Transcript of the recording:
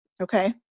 Okay